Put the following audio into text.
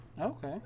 Okay